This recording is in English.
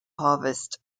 harvest